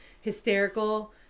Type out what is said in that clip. hysterical